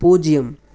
பூஜ்ஜியம்